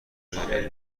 علمی